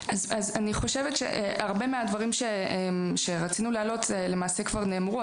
אני חושבת שהרבה מהדברים שרצינו להעלות למעשה כבר נאמרו,